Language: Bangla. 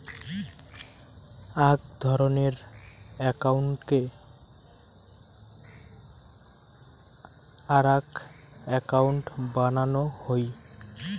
আক ধরণের একউন্টকে আরাক একউন্ট বানানো হই